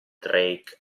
drake